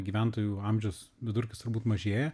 gyventojų amžiaus vidurkis turbūt mažėja